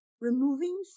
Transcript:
removing